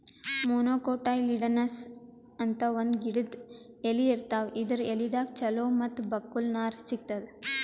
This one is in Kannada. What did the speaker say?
ಮೊನೊಕೊಟೈಲಿಡನಸ್ ಅಂತ್ ಒಂದ್ ಗಿಡದ್ ಎಲಿ ಇರ್ತಾವ ಇದರ್ ಎಲಿದಾಗ್ ಚಲೋ ಮತ್ತ್ ಬಕ್ಕುಲ್ ನಾರ್ ಸಿಗ್ತದ್